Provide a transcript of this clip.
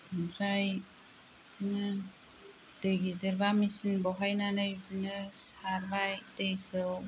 ओमफ्राय बिदिनो दै गिदिरब्ला मेचिन बहायनानै बिदिनो सारबाय दैखौ